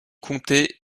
comté